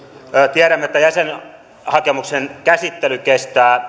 tiedämme että jäsenhakemuksen käsittely kestää